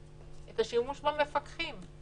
השימוש במפקחים.